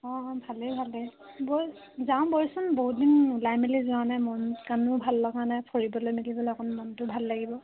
অঁ ভালেই ভালেই বৈ যাওঁ বৈচোন বহুত দিন ওলাই মেলি যোৱা নাই মন কাণো ভাল লগা নাই ফুৰিবলৈ মেলিবলৈ অকণ মনটো ভাল লাগিব